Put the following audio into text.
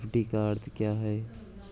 FD का अर्थ क्या है?